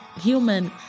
human